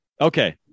Okay